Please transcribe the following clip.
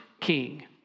king